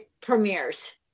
premieres